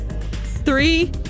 three